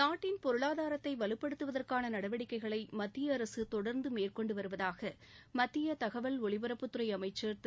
நாட்டின் பொருளாதாரத்தை வலுப்படுத்துவதற்கான நடவடிக்கைகளை மத்திய அரசு தொடாந்து மேற்கொண்டு வருவதாக மத்திய தகவல் ஒலிபரப்புத்துறை அமைச்சர் திரு